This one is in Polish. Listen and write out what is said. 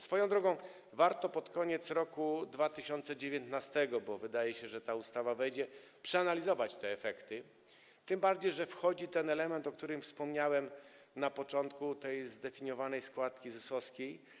Swoją drogą warto pod koniec roku 2019, bo wydaje się, że ta ustawa wejdzie w życie, przeanalizować te efekty, tym bardziej że wchodzi element, o którym wspomniałem na początku, tej zdefiniowanej składki ZUS-owskiej.